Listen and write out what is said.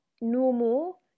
normal